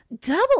Double